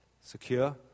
secure